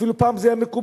אפילו שפעם זה היה מקובל,